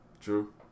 True